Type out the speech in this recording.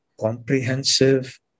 comprehensive